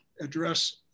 address